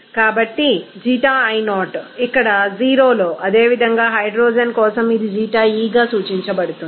కాబట్టి ξi0 ఇక్కడ 0 లో అదేవిధంగా హైడ్రోజన్ కోసం ఇది ξe గా సూచించబడుతుంది